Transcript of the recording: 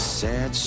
sad